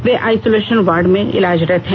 वे isolation ward में इलाजरत है